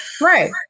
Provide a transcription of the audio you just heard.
Right